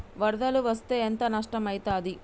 వరదలు వస్తే ఎంత నష్టం ఐతది?